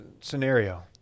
scenario